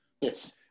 Yes